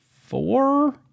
four